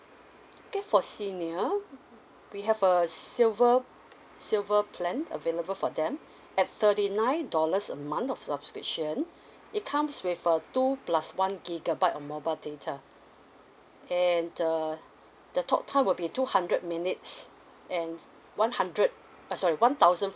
okay for senior we have a silver silver plan available for them at thirty nine dollars a month of subscription it comes with uh two plus one gigabyte of mobile data and uh the talk time will be two hundred minutes and one hundred uh sorry one thousand